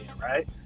right